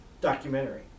documentary